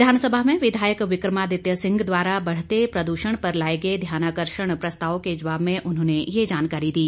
विधानसभा में विधायक विक्रमादित्य सिंह द्वारा बढ़ते प्रदूषण पर लाए गए ध्यानाकषर्ण प्रस्ताव के जवाब में उन्होंने ये जानकारी दी